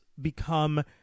become